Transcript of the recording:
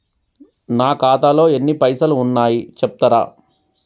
నా ఖాతాలో ఎన్ని పైసలు ఉన్నాయి చెప్తరా?